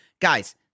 Guys